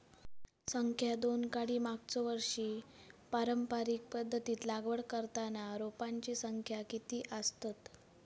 संख्या दोन काडी मागचो वर्षी पारंपरिक पध्दतीत लागवड करताना रोपांची संख्या किती आसतत?